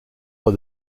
pas